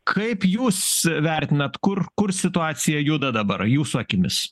kaip jūs vertinat kur kur situacija juda dabar jūsų akimis